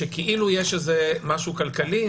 שכאילו יש משהו כלכלי,